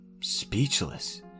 speechless